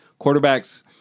quarterbacks